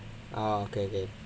oh okay okay